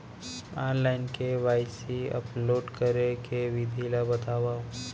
Online KYC upload करे के विधि ला बतावव?